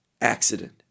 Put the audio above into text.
accident